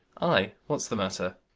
ay what's the matter?